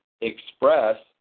express